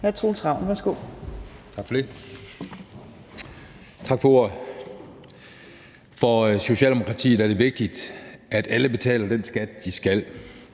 (Ordfører) Troels Ravn (S): Tak for ordet. For Socialdemokratiet er det vigtigt, at alle betaler den skat, de skal.